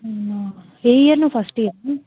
అవునా ఏ ఇయర్ నువ్వు ఫస్ట్ ఇయరా